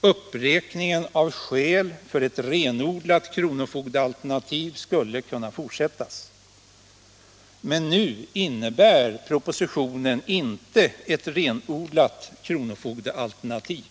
Uppräkningen av skäl för ett renodlat kronofogde Nr 45 alternativ skulle kunna fortsättas. Men nu innebär propositionen inte ett renodlat kronofogdealternativ